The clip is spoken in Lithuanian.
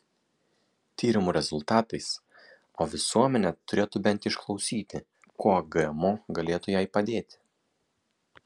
tyrimų rezultatais o visuomenė turėtų bent išklausyti kuo gmo galėtų jai padėti